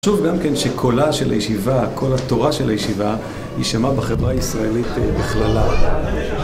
חשוב גם כן שקולה של הישיבה, קול התורה של הישיבה יישמע בחברה הישראלית בכללה.